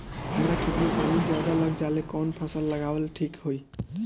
हमरा खेत में पानी ज्यादा लग जाले कवन फसल लगावल ठीक होई?